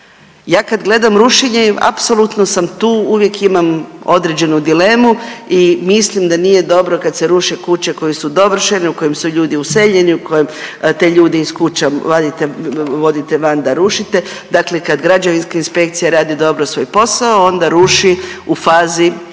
Ja kad gledam rušenje i apsolutno sam tu uvijek imam određenu dilemu i mislim da nije dobro kad se ruše kuće koje su dovršene u kojem su ljudi useljeni, u kojem te ljude iz kuća vodite van da rušite. Dakle, kad građevinska inspekcija radi dobro svoj posao onda ruši u fazi